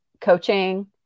coaching